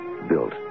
built